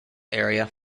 area